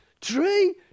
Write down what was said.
tree